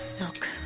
Look